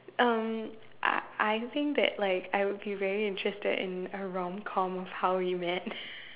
um I I think that like I would be very interested in a rom com of how we met